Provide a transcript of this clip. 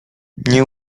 nie